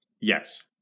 Yes